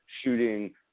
shooting